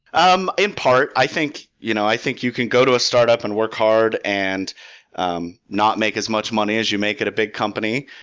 um in part. i think you know i think you can go to a startup and work hard and um not make as much money as you make at a big company.